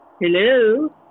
Hello